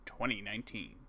2019